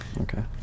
Okay